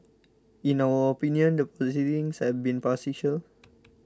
in our opinion the proceedings have been farcical